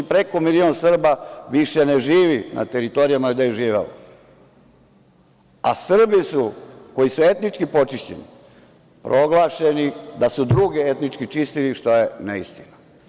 Preko milion Srba više ne živi na teritorijama gde je živelo, a Srbi su, koji su etnički počišćeni, proglašeni da su druge etnički čistili, što je neistina.